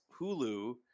Hulu